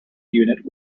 unit